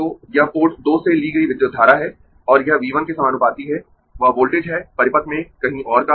तो यह पोर्ट 2 से ली गई विद्युत धारा है और यह V 1 के समानुपाती है वह वोल्टेज है परिपथ में कहीं और का